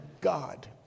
God